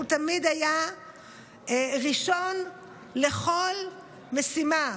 הוא תמיד היה ראשון לכל משימה.